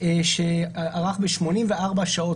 שערך ב-84 השעות.